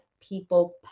people